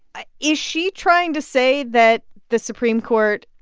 ah is she trying to say that the supreme court